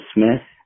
Smith